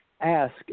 ask